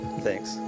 Thanks